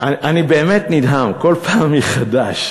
אני באמת נדהם כל פעם מחדש.